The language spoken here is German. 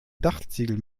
dachziegel